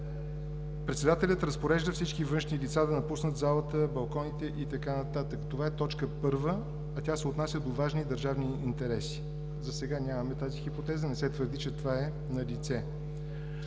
председателят разпорежда всички външни лица да напуснат залата, балконите и така нататък“. Това е точка първа, а тя се отнася до важни държавни интереси. Засега нямаме тази хипотеза, не се твърди, че това е налице.